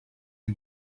who